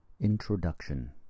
Introduction